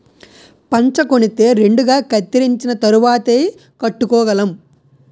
పంచకొనితే రెండుగా కత్తిరించిన తరువాతేయ్ కట్టుకోగలం